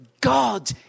God